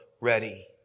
ready